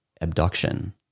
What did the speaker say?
Abduction